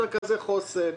"מרכזי חוסן".